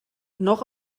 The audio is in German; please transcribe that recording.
noch